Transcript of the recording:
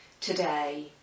today